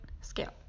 scale